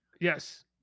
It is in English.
Yes